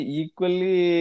equally